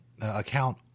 account